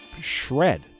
shred